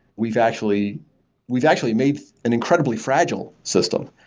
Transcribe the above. we've actually we've actually made an incredibly fragile system.